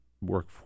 work